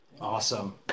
Awesome